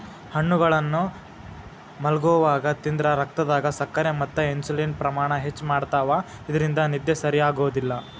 ಹಣ್ಣುಗಳನ್ನ ಮಲ್ಗೊವಾಗ ತಿಂದ್ರ ರಕ್ತದಾಗ ಸಕ್ಕರೆ ಮತ್ತ ಇನ್ಸುಲಿನ್ ಪ್ರಮಾಣ ಹೆಚ್ಚ್ ಮಾಡ್ತವಾ ಇದ್ರಿಂದ ನಿದ್ದಿ ಸರಿಯಾಗೋದಿಲ್ಲ